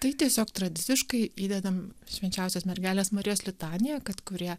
tai tiesiog tradiciškai įdedam švenčiausios mergelės marijos litaniją kad kurie